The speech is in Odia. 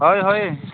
ହୋଏ ହୋଏ